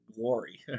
glory